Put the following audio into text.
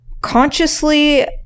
consciously